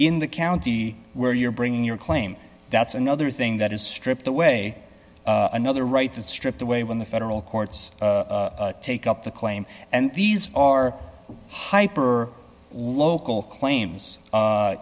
in the county where you're bringing your claim that's another thing that is stripped away another right to strip away when the federal courts take up the claim and these are hyper local claims